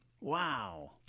Wow